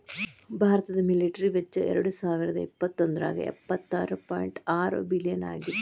ಭಾರತದ ಮಿಲಿಟರಿ ವೆಚ್ಚ ಎರಡಸಾವಿರದ ಇಪ್ಪತ್ತೊಂದ್ರಾಗ ಎಪ್ಪತ್ತಾರ ಪಾಯಿಂಟ್ ಆರ ಬಿಲಿಯನ್ ಆಗಿತ್ತ